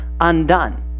undone